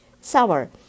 sour